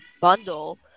bundle